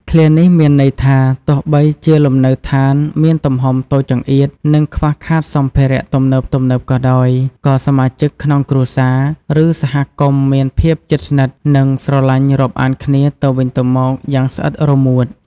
ឃ្លានេះមានន័យថា ទោះបីជាលំនៅឋានមានទំហំតូចចង្អៀត និងខ្វះខាតសម្ភារៈទំនើបៗក៏ដោយ ក៏សមាជិកក្នុងគ្រួសារ ឬសហគមន៍មានភាពជិតស្និទ្ធ និងស្រឡាញ់រាប់អានគ្នាទៅវិញទៅមកយ៉ាងស្អិតរមួត។